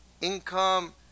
income